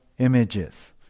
Images